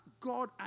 God